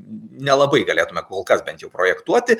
nelabai galėtume kol kas bent jau projektuoti